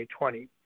2020